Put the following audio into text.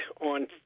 on